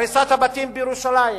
לא הריסת הבתים בירושלים,